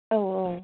औ औ